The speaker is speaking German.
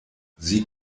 sie